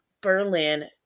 Berlin